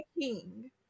king